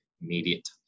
immediate